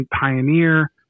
Pioneer